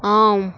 ஆம்